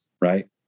right